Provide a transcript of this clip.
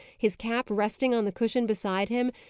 his cap resting on the cushion beside him,